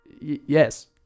Yes